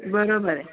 बरोबर आहे